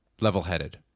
level-headed